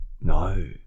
No